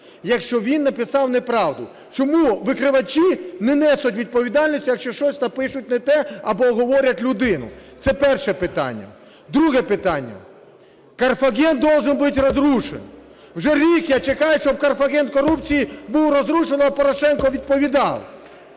якщо він написав неправду. Чому викривачі не несуть відповідальності, якщо щось напишуть не те або оговорять людину? Це перше питання. Друге питання. Карфаген должен быть разрушен. Вже рік я чекаю, щоб "Карфаген корупції" був розрушений, а Порошенко відповідав.